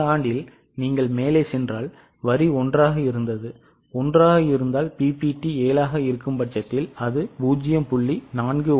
கடந்த ஆண்டு நீங்கள் மேலே சென்றால் வரி 1 ஆக இருந்தது 1 ஆக இருந்தால் PBT 7 ஆக இருக்கும் பட்சத்தில் அது 0